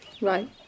right